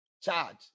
charge